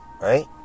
right